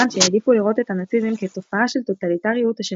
שהעדיפו לראות את הנאציזם כתופעה של טוטליטריות אשר